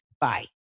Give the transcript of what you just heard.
Bye